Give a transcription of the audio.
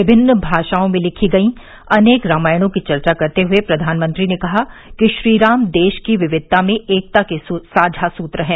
विमिन्न भाषाओं में लिखी गईं अनेक रामायणों की चर्चा करते हुए प्रधानमंत्री ने कहा कि श्रीराम देश की विविधता में एकता के साझा सूत्र हैं